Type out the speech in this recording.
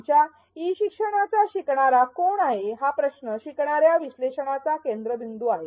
आमच्या ई शिक्षणाचा शिकणारा कोण आहे हा प्रश्न शिकणार्या विश्लेषणाचा केंद्रबिंदू आहे